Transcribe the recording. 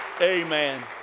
Amen